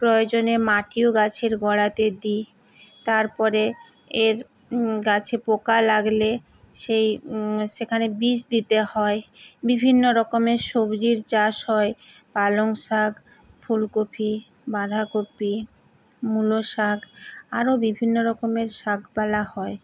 প্রয়োজনে মাটিও গাছের গোড়াতে দিই তারপরে এর গাছে পোকা লাগলে সেই সেখানে বিষ দিতে হয় বিভিন্ন রকমের সবজির চাষ হয় পালং শাক ফুলকপি বাঁধাকপি মূলো শাক আরো বিভিন্ন রকমের শাকপালা হয়